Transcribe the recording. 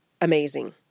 amazing